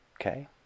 Okay